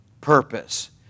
purpose